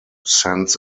sends